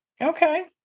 okay